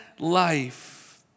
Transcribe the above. Life